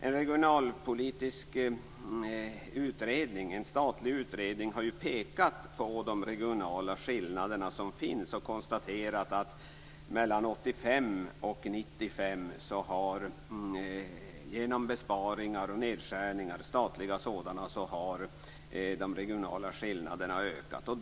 En statlig regionalpolitisk utredning har pekat på de regionala skillnader som finns och konstaterat att de regionala skillnaderna genom statliga nedskärningar och besparingar ökat mellan 1985 och 1995.